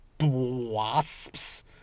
wasps